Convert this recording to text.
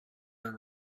are